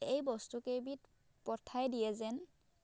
এই বস্তুকেইবিধ পঠাই দিয়ে যেন